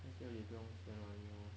在家里不用 spend money lor